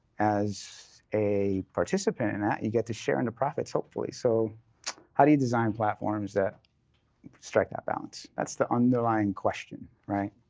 as a participant in that, you get to share in the profits hopefully. so how do you design platforms that strike that balance? that's the underlying question, right?